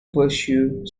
pursue